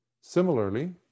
Similarly